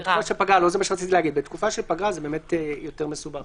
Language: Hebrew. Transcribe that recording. בתקופה של פגרה זה באמת יותר מסובך.